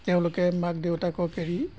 তেওঁলোকে মাক দেউতাকক এৰি